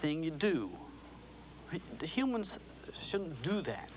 thing you do to humans shouldn't do that